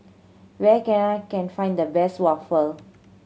where can I can find the best waffle